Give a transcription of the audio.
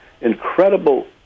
incredible